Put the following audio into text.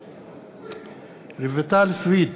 בעד רויטל סויד,